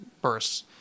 bursts